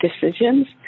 decisions